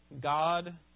God